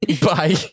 Bye